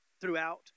throughout